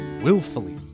willfully